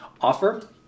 offer